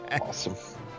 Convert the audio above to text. Awesome